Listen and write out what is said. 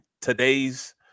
today's